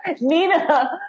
Nina